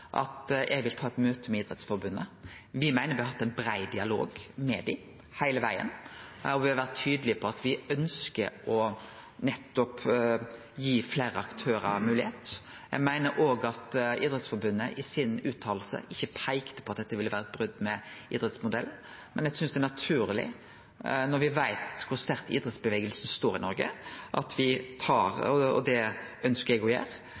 at eg tek eit møte med Idrettsforbundet. Me meiner me har hatt ein brei dialog med dei heile vegen, og me har vore tydelege på at me ønskjer å gi fleire aktørar mogelegheit. Me meiner òg at Idrettsforbundet i uttalen sin ikkje peika på at dette vil vere eit brot med idrettsmodellen. Eg synest likevel det er naturleg, når me veit kor sterkt idrettsbevegelsen står i Noreg, at me tar